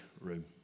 room